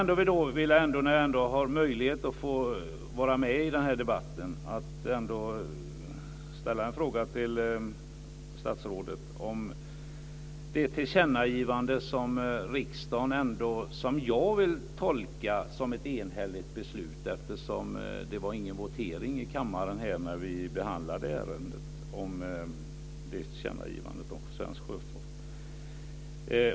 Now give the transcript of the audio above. När jag ändå har möjlighet att få vara med i debatten vill jag ändå ställa en fråga till statsrådet. Riksdagen fattade enligt min tolkning ett enhälligt beslut - det skedde ingen votering i kammaren när ärendet behandlades - om tillkännagivandet om svensk sjöfart.